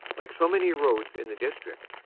like so many roads in the district,